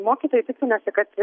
mokytojai piktinasi kad